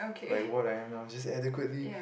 like what I am now just adequately